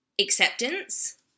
acceptance